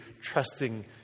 trusting